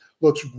looks